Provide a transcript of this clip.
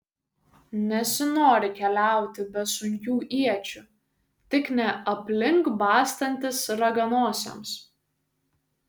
nesinori keliauti be sunkių iečių tik ne aplink bastantis raganosiams